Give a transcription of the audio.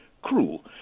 cruel